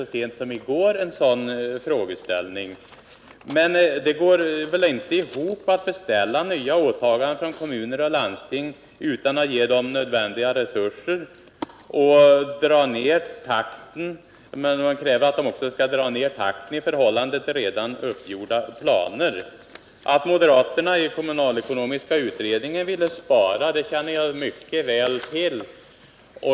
så sent som i går en sådan frågeställning uppe till debatt. Det går inte ihop att man ger kommuner och landsting ålägganden utan att ge dem nödvändiga resurser. Man kräver också att de skall dra ner takten i förhållande till redan uppgjorda planer. Att moderaterna i kommunalekonomiska utredningen ville spara känner 27 Nr 49 jag mycket väl till.